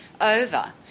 over